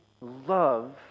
love